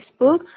Facebook